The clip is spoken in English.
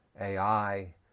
AI